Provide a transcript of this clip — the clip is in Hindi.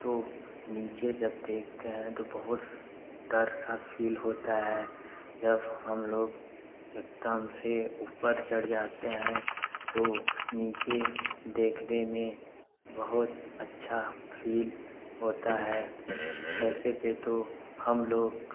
तो नीचे जब देखते हैं तो बहुत डर सा फ़िल होता है जब हम लोग एकदम से ऊपर चढ़ जाते हैं तो नीचे देखने में बहुत अच्छा फिल होता है पैसे पर तो हम लोग